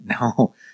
No